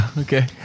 Okay